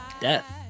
death